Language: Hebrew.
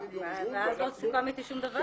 מארגנים יום עיון ואנחנו --- לא סוכם איתי שום דבר.